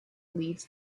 leads